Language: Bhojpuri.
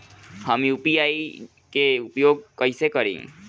हम यू.पी.आई के उपयोग कइसे करी?